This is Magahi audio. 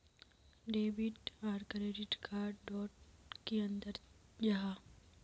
डेबिट आर क्रेडिट कार्ड डोट की अंतर जाहा?